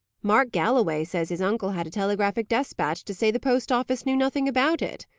mark galloway says his uncle had a telegraphic despatch, to say the post-office knew nothing about it,